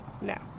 No